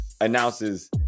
announces